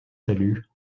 saluts